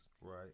Right